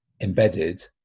embedded